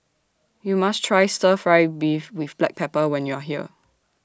YOU must Try Stir Fry Beef with Black Pepper when YOU Are here